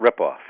ripoff